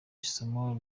isomo